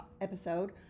episode